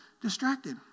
distracted